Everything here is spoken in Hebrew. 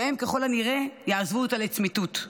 והם ככל הנראה יעזבו אותה לצמיתות?